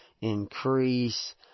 increase